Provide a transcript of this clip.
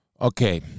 Okay